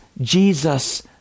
Jesus